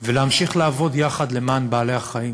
ולהמשיך לעבוד יחד למען בעלי-החיים.